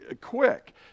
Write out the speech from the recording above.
quick